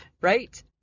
right